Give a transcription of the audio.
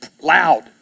loud